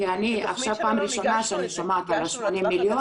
כי אני עכשיו פעם ראשונה שומעת על ה-80 מיליון.